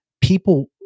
people